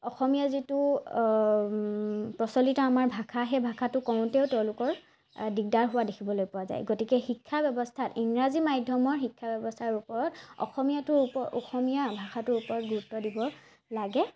অসমীয়া যিটো প্ৰচলিত আমাৰ ভাষা সেই ভাষাটো কওঁতেও তেওঁলোকৰ দিগদাৰ হোৱা দেখিবলৈ পোৱা যায় গতিকে শিক্ষা ব্যৱস্থাত ইংৰাজী মাধ্যমৰ শিক্ষা ব্যৱস্থাৰ ওপৰত অসমীয়াটোৰ ওপৰত অসমীয়া ভাষাটোৰ ওপৰত গুৰুত্ব দিব লাগে